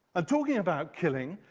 talking about killing,